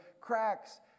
cracks